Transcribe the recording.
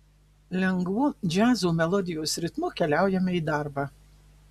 lengvu džiazo melodijos ritmu keliaujame į darbą